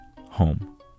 home